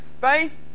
Faith